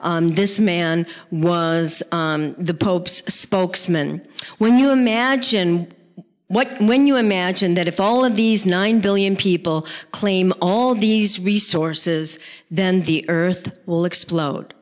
or this man was the pope's spokesman when you imagined what when you imagine that if all of these nine billion people claim all these resources then the earth will explode